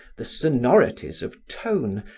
the sonorities of tone,